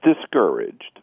discouraged